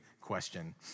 question